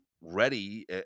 ready